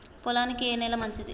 పొలానికి ఏ నేల మంచిది?